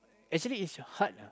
actually it's your heart lah